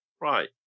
right